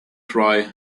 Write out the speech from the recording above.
cry